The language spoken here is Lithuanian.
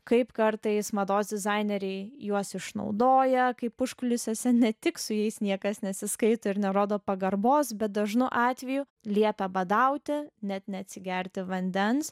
kaip kartais mados dizaineriai juos išnaudoja kaip užkulisiuose ne tik su jais niekas nesiskaito ir nerodo pagarbos bet dažnu atveju liepia badauti net neatsigerti vandens